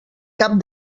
cap